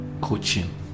coaching